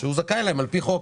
שהוא זכאי להן על פי חוק.